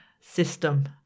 system